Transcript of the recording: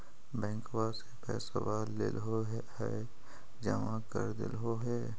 बैंकवा से पैसवा लेलहो है जमा कर देलहो हे?